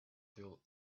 till